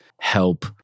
help